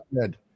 good